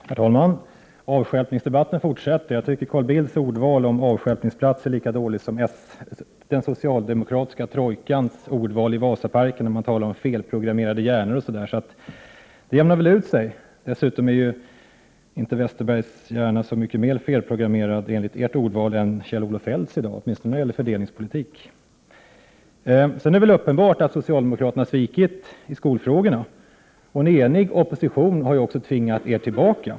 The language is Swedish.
Herr talman! Avstjälpningsdebatten fortsätter. Jag tycker att Carl Bildts ordval om avstjälpningsplats är lika dåligt som den socialdemokratiska trojkans ordval i Vasaparken, när man talade om felprogrammerade hjärnor osv., så det jämnar väl ut sig. Dessutom är ju Westerbergs hjärna inte så mycket mer felprogrammerad enligt ert ordval än Kjell-Olof Feldts hjärna i dag, åtminstone när det gäller fördelningspolitik. Det är väl uppenbart att socialdemokraterna svikit i skolfrågorna, och en enig opposition har ju också tvingat er tillbaka.